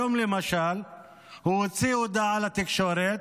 היום למשל הוא הוציא הודעה לתקשורת,